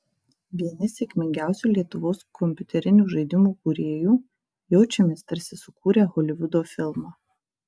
vieni sėkmingiausių lietuvos kompiuterinių žaidimų kūrėjų jaučiamės tarsi sukūrę holivudo filmą